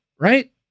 right